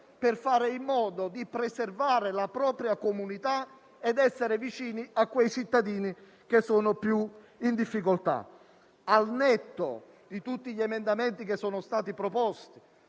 per fare in modo di preservare la propria comunità ed essere vicini ai cittadini più in difficoltà. Tutti gli emendamenti che sono stati proposti,